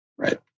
Right